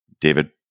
david